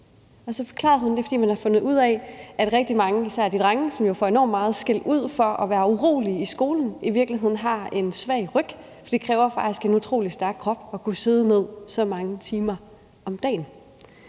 op. Så forklarede hun, at det var, fordi man har fundet ud af, at rigtig mange, især de drenge, som jo får enormt meget skældud for at være urolige i skolen, i virkeligheden har en svag ryg. Det kræver faktisk en utrolig stærk krop at kunne sidde ned så mange timer om dagen.